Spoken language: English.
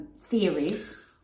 theories